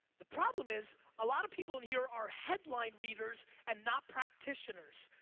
the problem is a lot of people in here are headline readers and not practitioners.